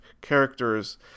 characters